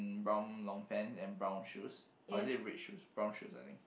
brown long pants and brown shoes or is it red shoes brown shoes I think